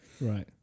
right